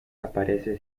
aparece